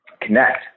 connect